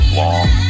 long